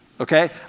Okay